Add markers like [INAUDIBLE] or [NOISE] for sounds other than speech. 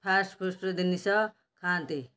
first [UNINTELLIGIBLE] ଜିନିଷ ଖାଆନ୍ତି